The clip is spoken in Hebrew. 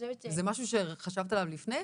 וזה משהו שחשבת עליו לפני כן?